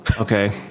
okay